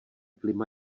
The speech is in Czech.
klima